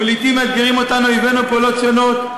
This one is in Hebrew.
ולעתים מאתגרים אותנו אויבינו בפעולות שונות,